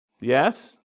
Yes